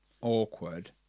awkward